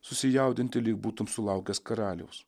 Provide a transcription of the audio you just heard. susijaudinti lyg būtum sulaukęs karaliaus